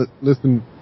listen